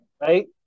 Right